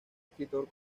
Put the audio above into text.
escritor